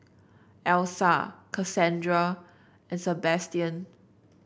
Elisa Kassandra and Sebastian